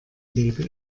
lebe